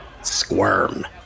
Squirm